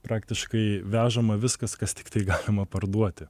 praktiškai vežama viskas kas tiktai galima parduoti